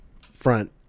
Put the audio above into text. front